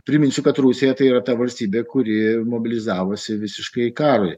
priminsiu kad rusija tai yra ta valstybė kuri mobilizavosi visiškai karui